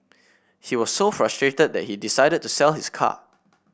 he was so frustrated that he decided to sell his car